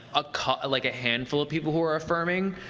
ah like a handsal of people who are affirming,